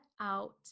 out